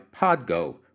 PodGo